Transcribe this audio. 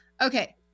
Okay